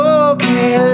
okay